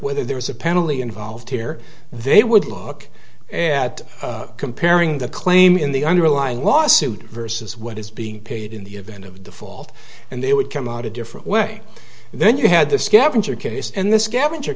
whether there's a penalty involved here they would look at comparing the claim in the underlying lawsuit versus what is being paid in the event of the fault and they would come out a different way then you had the scavenger case and the scavenger